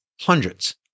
hundreds